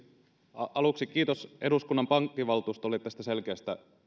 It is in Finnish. aluksi kiitos eduskunnan pankkivaltuustolle tästä selkeästä